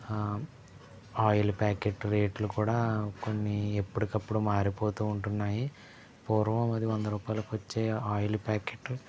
oil packet రేట్లు కూడా కొన్ని ఎప్పటికప్పుడు మారిపోతూ ఉంటున్నాయి పూర్వం అది వంద రూపాయలకి వచ్చే ఆయిల్ ప్యాకెట్లు